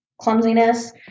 clumsiness